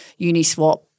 Uniswap